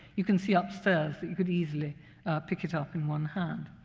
you can see upstairs that you can easily pick it up in one hand.